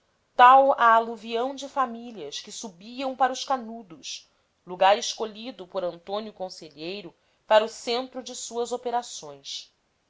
tal a aluvião de famílias que subiam para os canudos lugar escolhido por antônio conselheiro para o centro de suas operações